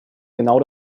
genau